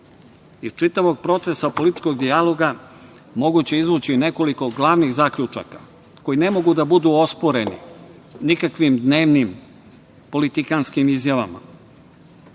čitavog procesa političkog dijaloga moguće je izvući nekoliko glavnih zaključaka koji ne mogu da budu osporeni nikakvim dnevnim politikanskim izjavama. Prvi